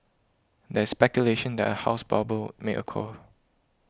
there is speculation that a house bubble may occur